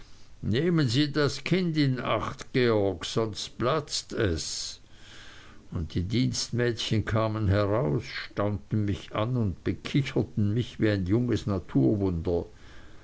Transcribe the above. nehmen sie das kind in acht georg sonst platzt es und die dienstmädchen kamen heraus staunten mich an und bekicherten mich wie ein junges naturwunder